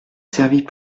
servit